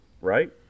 right